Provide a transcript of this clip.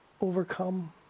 overcome